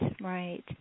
right